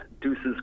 Deuce's